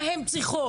מה הן צריכות?